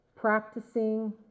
practicing